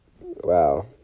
wow